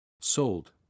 Sold